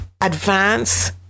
advance